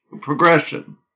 progression